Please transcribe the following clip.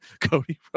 cody